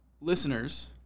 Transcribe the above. listeners